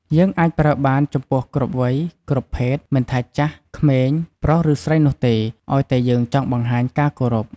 យើងអាចប្រើបានចំពោះគ្រប់វ័យ គ្រប់ភេទ មិនថាចាស់ ក្មេង ប្រុសឬស្រីនោះទេ ឱ្យតែយើងចង់បង្ហាញការគោរព។